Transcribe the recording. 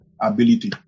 ability